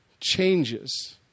changes